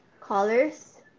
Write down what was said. colors